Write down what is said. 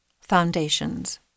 Foundations